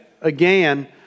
Again